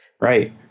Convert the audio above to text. Right